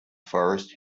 forest